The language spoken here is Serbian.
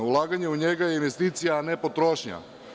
Ulaganje u njega je investicija, a ne potrošnja.